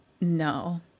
no